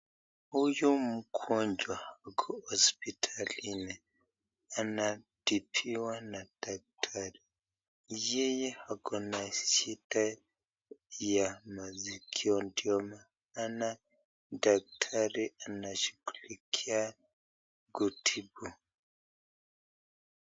Huyu mgonjwa yuko hosipitalini. Anatibiwa na daktari. Yeye ako na shida ya maskio ndio maana daktari anashughulikia kutibu.